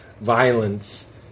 violence